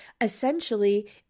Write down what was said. essentially